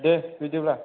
दे बिदिब्ला